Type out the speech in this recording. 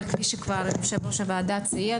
אבל כפי שכבר יושב-ראש הוועדה ציין,